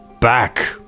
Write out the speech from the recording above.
Back